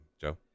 Joe